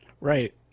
Right